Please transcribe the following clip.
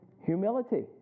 Humility